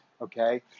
okay